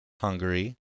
Hungary